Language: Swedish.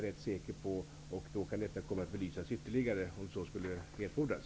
Då kan detta belysas ytterligare, om så skulle erfordras.